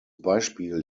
beispiel